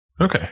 Okay